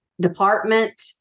department